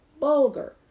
bulgur